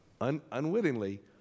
unwittingly